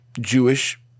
Jewish